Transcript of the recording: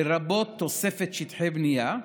לרבות תוספת שטחי בנייה,